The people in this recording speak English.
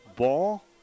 Ball